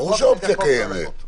ברור שהאופציה קיימת.